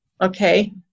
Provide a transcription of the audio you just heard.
okay